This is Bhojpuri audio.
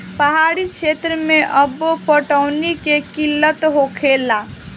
पहाड़ी क्षेत्र मे अब्बो पटौनी के किल्लत होखेला